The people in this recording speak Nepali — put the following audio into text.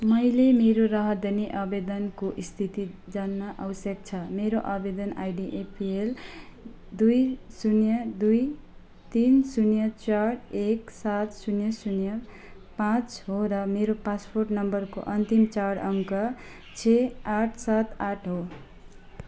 मैले मेरो राहदानी आवेदनको स्थिति जान्न आवश्यक छ मेरो आवेदन आइडी एपिएल दुई शून्य दुई तिन शून्य चार एक सात शून्य शून्य पाँच हो र मेरो पासपोर्ट नम्बरको अन्तिम चार अङ्क छ आठ सात आठ हो